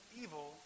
evil